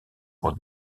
pour